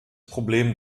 problem